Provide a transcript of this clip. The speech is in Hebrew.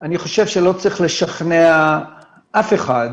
אני חושב שלא צריך לשכנע אף אחד